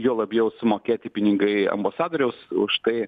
juo labiau sumokėti pinigai ambasadoriaus už tai